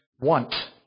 want